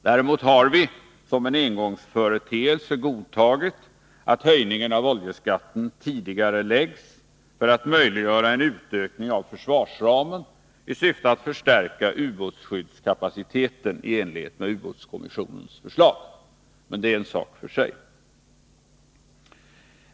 Däremot har vi som en engångsföreteelse godtagit att höjningen av oljeskatten tidigareläggs för att möjliggöra en utökning av försvarsramen i syfte att förstärka ubåtsskyddskapaciteten i enlighet med ubåtskommissionens förslag — men det är en sak för sig.